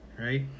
right